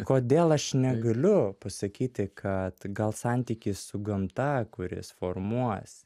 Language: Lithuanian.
kodėl aš negaliu pasakyti kad gal santykis su gamta kuris formuos